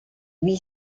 huit